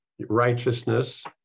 righteousness